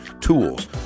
tools